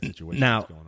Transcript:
Now